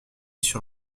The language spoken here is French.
sur